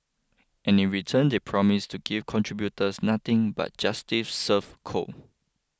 and in return they promise to give contributors nothing but justice serve cold